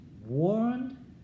warned